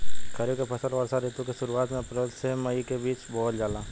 खरीफ के फसल वर्षा ऋतु के शुरुआत में अप्रैल से मई के बीच बोअल जाला